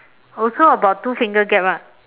also about two finger gap ah